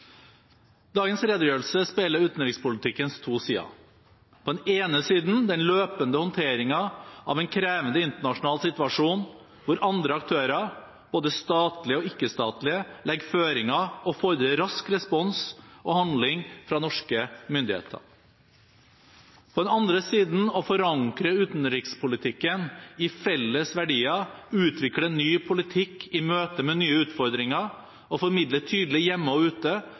Dagens redegjørelse speiler utenrikspolitikkens to sider – på den ene siden den løpende håndteringen av en krevende internasjonal situasjon, hvor andre aktører, både statlige og ikke-statlige, legger føringer og fordrer rask respons og handling fra norske myndigheter, på den andre siden å forankre utenrikspolitikken i felles verdier, utvikle ny politikk i møte med nye utfordringer og formidle tydelig hjemme og ute